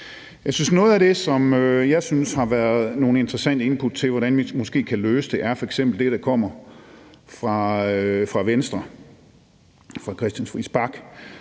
Noget af det, som jeg synes har været nogle interessante input til, hvordan vi måske kan løse det, er f.eks. det, der kommer fra Venstre, fra Christian Friis Bach.